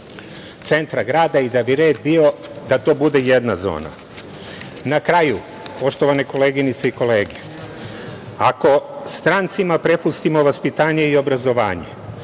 centra grada i da bi red bio da to bude jedna zona. Na kraju, poštovane koleginice i kolege, ako strancima prepustimo vaspitanje i obrazovanje,